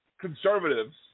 conservatives